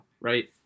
right